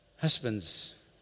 Husbands